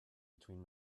between